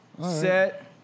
Set